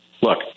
look